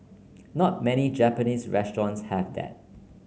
not many Japanese restaurants have that